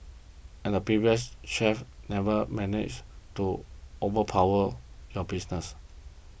and the previous chef never managed to overpower your business